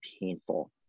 painful